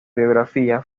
biografía